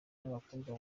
n’abakobwa